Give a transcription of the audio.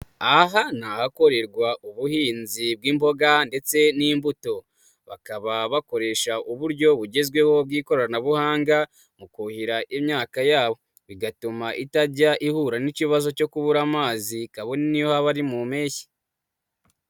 Aha ni ahakorerwa ubuhinzi bw'imboga ndetse n'imbuto, bakaba bakoresha uburyo bugezweho bw'ikoranabuhanga mu kuhira imyaka yabo, bigatuma itajya ihura n'ikibazo cyo kubura amazi, kabone niyo haba ari mu mpeshyi.